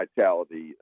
vitality